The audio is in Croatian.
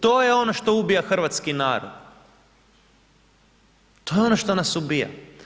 To je ono što ubija hrvatski narod, to je ono što nas ubija.